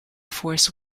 force